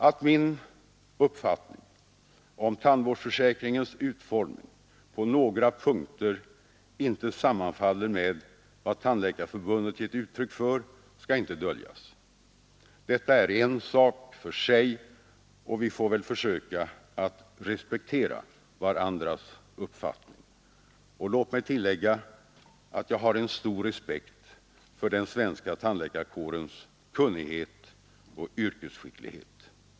Att min uppfattning om tandvårdsförsäkringens utformning på några punkter inte sammanfaller med vad Tandläkarförbundet gett uttryck för skall inte döljas. Detta är en sak för sig, och vi får väl försöka att respektera varandras uppfattning. Och låt mig tillägga att jag har en stor respekt för den svenska tandläkarkårens kunnighet och yrkesskicklighet.